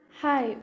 Hi